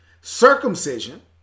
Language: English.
circumcision